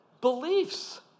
beliefs